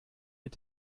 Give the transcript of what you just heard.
mit